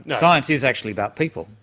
and science is actually about people,